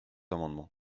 amendements